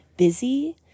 Busy